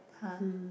[huh]